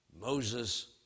Moses